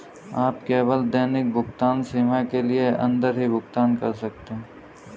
आप केवल दैनिक भुगतान सीमा के अंदर ही भुगतान कर सकते है